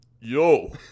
Yo